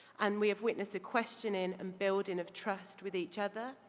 and we have witnessed a questioning and building of trust with each other.